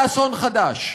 לאסון חדש.